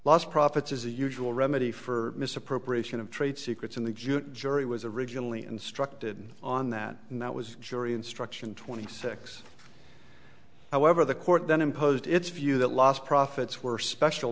last profits as a usual remedy for misappropriation of trade secrets in the jute jury was originally instructed on that and that was jury instruction twenty six however the court then imposed its view that lost profits were special